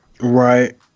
Right